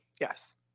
Yes